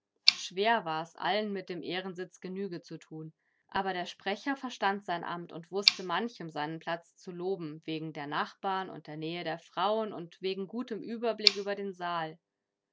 schwer war's allen mit dem ehrensitz genüge zu tun aber der sprecher verstand sein amt und wußte manchem seinen platz zu loben wegen der nachbarn und der nähe der frauen und wegen gutem überblick über den saal